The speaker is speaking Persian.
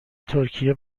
ترکیه